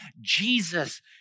Jesus